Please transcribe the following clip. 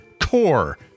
CORE